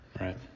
Right